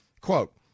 quote